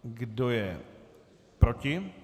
Kdo je proti?